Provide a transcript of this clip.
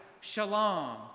Shalom